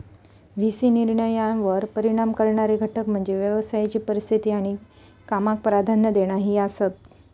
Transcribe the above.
V C निर्णयांवर परिणाम करणारे घटक म्हणजे व्यवसायाची परिस्थिती आणि कामाक प्राधान्य देणा ही आसात